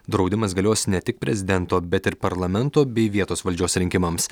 draudimas galios ne tik prezidento bet ir parlamento bei vietos valdžios rinkimams